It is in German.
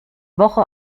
woche